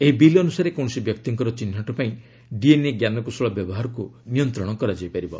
ଏହି ବିଲ୍ ଅନୁସାରେ କୌଣସି ବ୍ୟକ୍ତିଙ୍କର ଚିହ୍ନଟ ପାଇଁ ଡିଏନ୍ଏ ଜ୍ଞାନକୌଶଳ ବ୍ୟବହାରକୁ ନିୟନ୍ତ୍ରଣ କରାଯାଇ ପାରିବ